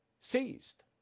Seized